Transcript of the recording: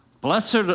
Blessed